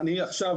אני עכשיו,